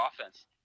offense